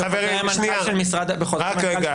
--- חברים, רק רגע.